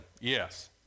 yes